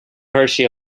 hershey